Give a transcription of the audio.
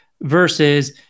versus